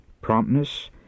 promptness